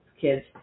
kids